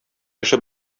кеше